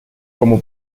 como